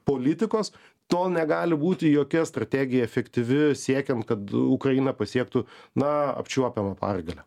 politikos tol negali būti jokia strategija efektyvi siekiant kad ukraina pasiektų na apčiuopiamą pergalę